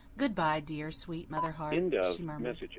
good-bye, dear, sweet mother-heart, she murmured.